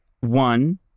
One